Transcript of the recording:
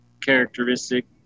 characteristic